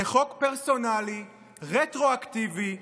זה חוק פרסונלי רטרואקטיבי,